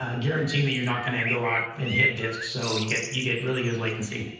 ah guaranteeing that you're not going to go out and hit disk. so you get you get really good latency.